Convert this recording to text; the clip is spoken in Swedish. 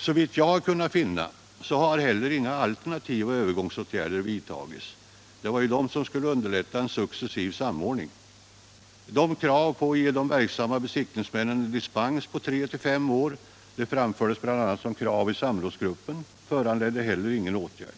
Såvitt jag har kunnat finna har heller inga alternativa övergångsåtgärder vidtagits. Dessa skulle ju underlätta en successiv samordning. De krav på att ge de verksamma besiktningsmännen en dispens på tre till fem år som framfördes i samrådsgruppen föranledde heller ingen åtgärd.